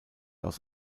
aus